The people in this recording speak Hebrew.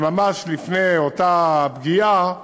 שממש לפני אותה פגיעה,